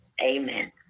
Amen